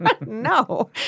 No